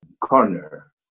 corner